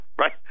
right